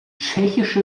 tschechische